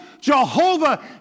Jehovah